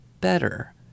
better